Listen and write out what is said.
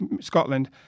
Scotland